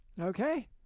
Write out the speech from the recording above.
Okay